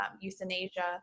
euthanasia